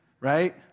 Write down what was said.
Right